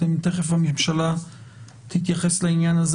תכף הממשלה תתייחס לעניין הזה,